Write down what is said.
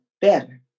better